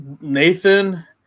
Nathan